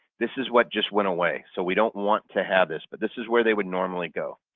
this is what just went away so we don't want to have this but this is where they would normally go.